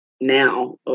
now